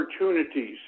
opportunities